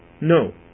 No